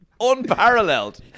unparalleled